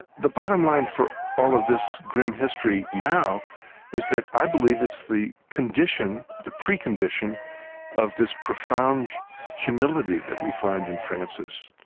the bottom line for all of this grim history now is that i believe it's the precondition the precondition of this profound humility that we find in francis.